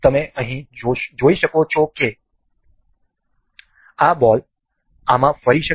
તમે અહીં જોઈ શકો છો આ બોલ આમાં ફરી શકે છે